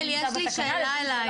יעל, יש לי שאלה אלייך.